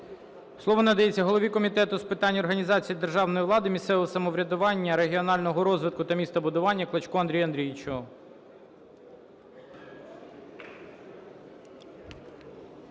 Слово надається голові Комітету з питань організації державної влади, місцевого самоврядування, регіонального розвитку та містобудування Клочку Андрію Андрійовичу.